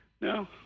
No